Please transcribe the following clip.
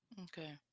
Okay